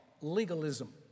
legalism